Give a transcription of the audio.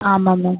ஆமாம் மேம்